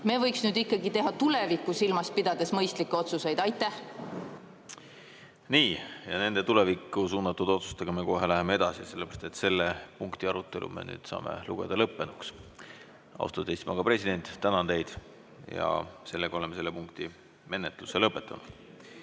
Me võiks nüüd ikkagi teha tulevikku silmas pidades mõistlikke otsuseid. Nii. Ja nende tulevikku suunatud otsustega me läheme kohe edasi, sellepärast et selle punkti arutelu me saame lugeda lõppenuks. Austatud Eesti Panga president, tänan teid! Oleme selle punkti menetlemise lõpetanud.